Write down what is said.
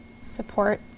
support